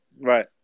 right